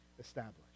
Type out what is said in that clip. established